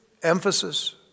Emphasis